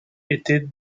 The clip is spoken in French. était